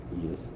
Yes